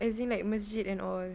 as in like masjid and all